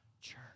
church